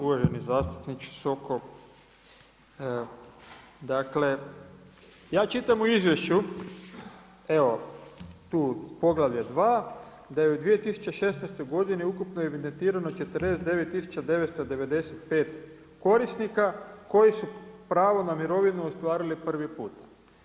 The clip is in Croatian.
Uvaženi zastupniče Sokol, dakle, ja čitam u izvješću evo tu poglavlje 2. da je u 2016. godini ukupno evidentirano 49 tisuća 995 korisnika koji su pravo na mirovinu ostvarili prvi puta.